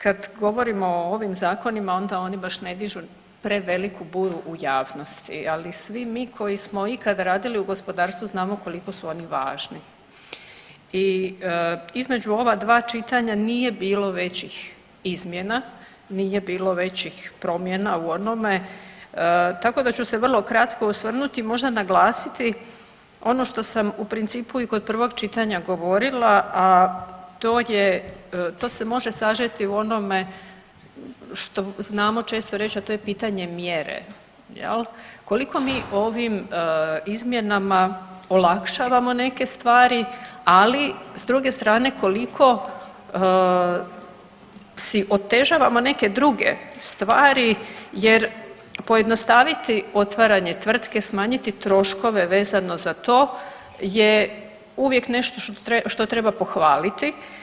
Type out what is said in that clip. Kad govorimo o ovim zakonima onda oni baš ne dižu preveliku buru u javnosti, ali svi mi koji smo ikad radili u gospodarstvu znamo koliko su oni važni i između ova dva čitanja nije bilo većih izmjena, nije bilo većih promjena u onome, tako da ću se vrlo kratko osvrnuti i možda naglasiti ono što sam u principu i kod prvog čitanja govorila, a to je, to se može sažeti u onome što znamo često reć, a to je pitanje mjere jel, koliko mi ovim izmjenama olakšavamo neke stvari, ali s druge strane koliko si otežavamo neke druge stvari jer pojednostaviti otvaranje tvrtke i smanjiti troškove vezano za to je uvijek nešto što treba pohvaliti.